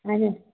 അതെ